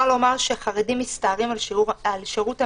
לומר שהחרדים מסתערים על שירות המדינה.